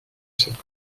cette